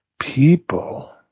People